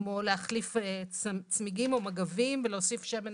כמו להחליף צמיגים או מגבים ולהוסיף שמן,